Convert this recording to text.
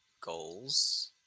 goals